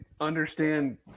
understand